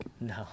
No